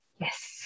Yes